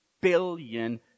billion